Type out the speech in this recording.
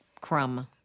crumb